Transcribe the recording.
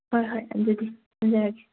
ꯍꯣꯏ ꯍꯣꯏ ꯑꯗꯨꯗꯤ ꯊꯝꯖꯔꯒꯦ